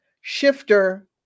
shifter